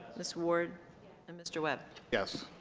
ms. ward, and mr. webb yes